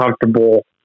comfortable